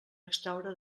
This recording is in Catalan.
extraure